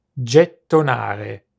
gettonare